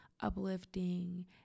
uplifting